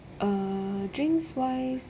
uh drinks wise